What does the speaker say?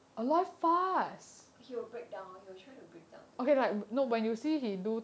he would break down he will try to break down